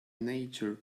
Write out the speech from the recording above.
nature